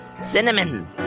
cinnamon